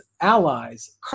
allies